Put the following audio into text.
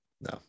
No